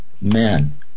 men